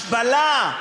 השפלה,